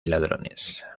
ladrones